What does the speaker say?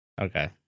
Okay